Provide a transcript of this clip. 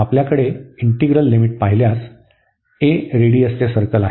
आपल्याकडे integral limit पाहिल्यास आपल्याकडे a रेडिअसचे सर्कल आहे